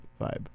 vibe